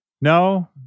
no